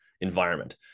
environment